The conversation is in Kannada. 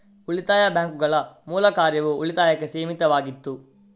ಉಳಿತಾಯ ಬ್ಯಾಂಕುಗಳ ಮೂಲ ಕಾರ್ಯವು ಉಳಿತಾಯಕ್ಕೆ ಸೀಮಿತವಾಗಿತ್ತು